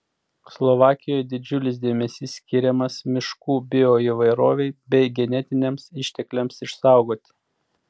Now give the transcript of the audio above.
slovakijoje didžiulis dėmesys skiriamas miškų bioįvairovei bei genetiniams ištekliams išsaugoti